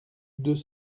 deux